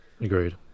Agreed